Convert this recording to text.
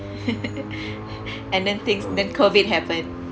and then things then COVID happened